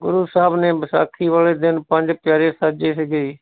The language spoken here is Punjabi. ਗੁਰੂ ਸਾਹਿਬ ਨੇ ਵਿਸਾਖੀ ਵਾਲੇ ਦਿਨ ਪੰਜ ਪਿਆਰੇ ਸਾਜੇ ਸੀਗੇ